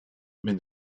mais